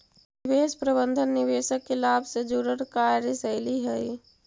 निवेश प्रबंधन निवेशक के लाभ से जुड़ल कार्यशैली हइ